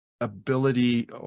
ability